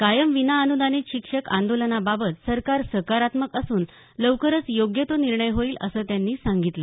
कायम विनाअनुदानित शिक्षक आंदोलनाबाबत सरकार सकारात्मक असून लवकरच योग्य तो निर्णय होईल असं त्यांनी सांगितलं